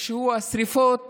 והוא השרפות